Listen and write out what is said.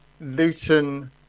Luton